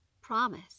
promise